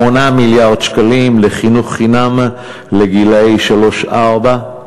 מיליארד שקלים לחינוך חינם לגילאי שלוש-ארבע,